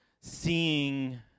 seeing